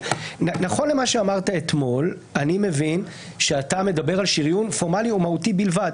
נכון למה שאמרת אתמול אני מבין שאתה מדבר על שריון פורמלי ומהותי בלבד.